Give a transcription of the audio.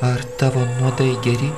ar tavo nuodai geri